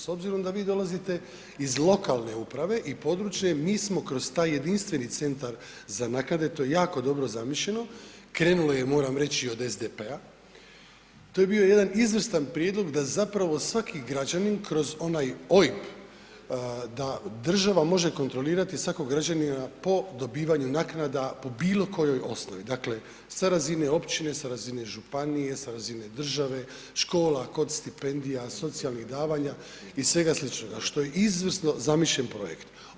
S obzirom da vi dolazite iz lokalne uprave i područne, mi smo kroz taj jedinstveni centar za naknade, to je jako dobro zamišljeno, krenulo je, moram reći, od SDP-a, to je bio jedan izvrstan prijedlog da zapravo svaki građanin kroz onaj OIB da država može kontrolirati svakog građanina po dobivanju naknada po bilo kojoj osnovi, dakle, sa razine općine, sa razine županije, sa razine države, škola, kod stipendija, socijalnih davanja i svega sličnoga, što je izvrsno zamišljen projekt.